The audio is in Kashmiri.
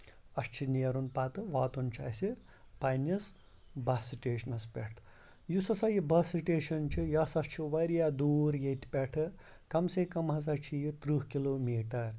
اَسہِ چھُ نیرُن پَتہٕ واتُن چھُ اَسہِ پَنٕنِس بَس سِٹیشنس پٮ۪ٹھ یُس ہسا یہِ بَس سِٹیشن چھُ یہِ ہسا چھُ واریاہ دوٗر ییٚتہِ پٮ۪ٹھہٕ کَم سے کَم ہسا چھُ یہِ ترٕٛہ کِلومیٖٹر